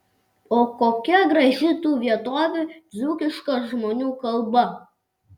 o kokia graži tų vietovių dzūkiška žmonių kalba